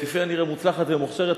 כפי הנראה מוצלחת ומוכשרת,